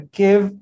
give